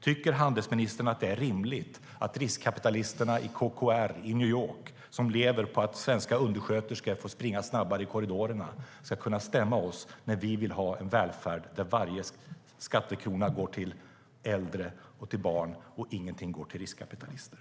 Tycker handelsministern att det är rimligt riskkapitalisterna i KKR i New York, som lever på att svenska undersköterskor får springa snabbare i korridorerna, ska kunna stämma oss när vi vill ha en välvärd där varje skattekrona går till äldre och barn, och ingenting går till riskkapitalister?